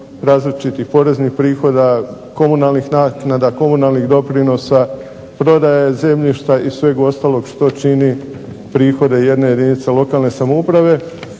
različitih poreznih prihoda, komunalnih naknada, komunalnih doprinosa, prodaje zemljišta i sveg ostalog što čini prihode jedne jedinice lokalne samouprave,